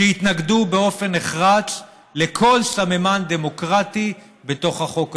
שהתנגדו לכל סממן דמוקרטי בתוך החוק הזה.